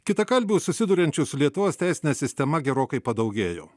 kitakalbių susiduriančių su lietuvos teisine sistema gerokai padaugėjo